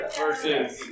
versus